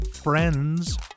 Friends